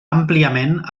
àmpliament